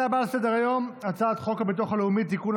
לוועדה את הצעת חוק הפיקוח על יצוא ביטחוני (תיקון,